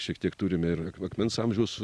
šiek tiek turime ir akmens amžiaus